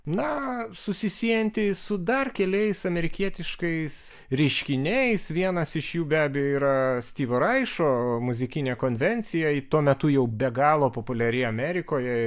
na susisiejanti su dar keliais amerikietiškais reiškiniais vienas iš jų be abejo yra styvo raišo muzikinė konvencija tuo metu jau be galo populiari amerikoje